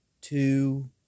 two